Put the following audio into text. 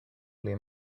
blue